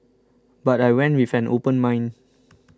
but I went with an open mind